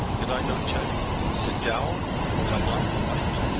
did i not tell you, sit down? was i not polite?